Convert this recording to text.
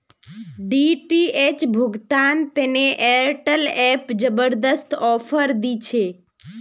DTH भुगतान तने Airtel app जबरदस्त ऑफर दी छे